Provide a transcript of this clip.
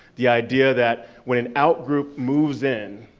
the idea that when an outgroup moves in,